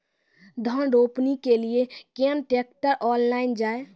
धान रोपनी के लिए केन ट्रैक्टर ऑनलाइन जाए?